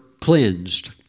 cleansed